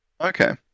Okay